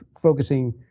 focusing